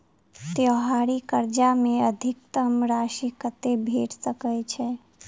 त्योहारी कर्जा मे अधिकतम राशि कत्ते भेट सकय छई?